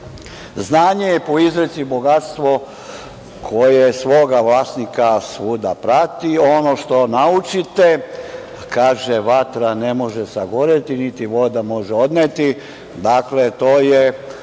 znanje je po izreci bogatstvo koje svoga vlasnika svuda prati. Ono što naučite kaže – vatra ne može sagoreti, niti voda može odneti. Dakle, to je,